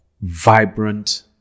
vibrant